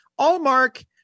Allmark